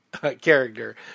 character